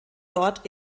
dort